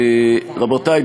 רבותי,